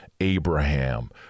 Abraham